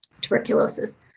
tuberculosis